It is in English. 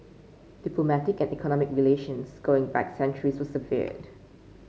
diplomatic and economic relations going back centuries were severed